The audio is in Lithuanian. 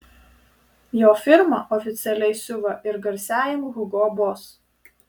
jo firma oficialiai siuva ir garsiajam hugo boss